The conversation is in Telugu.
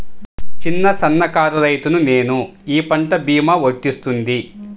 చిన్న సన్న కారు రైతును నేను ఈ పంట భీమా వర్తిస్తుంది?